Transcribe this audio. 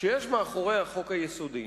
שיש מאחורי החוק היסודי.